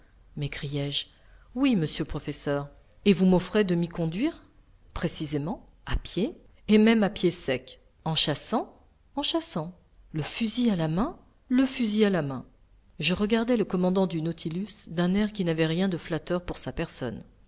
m'écriai-je oui monsieur le professeur et vous m'offrez de m'y conduire précisément a pied et même à pied sec en chassant en chassant le fusil à la main le fusil à la main je regardai le commandant du nautilus d'un air qui n'avait rien de flatteur pour sa personne